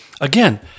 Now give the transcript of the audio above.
again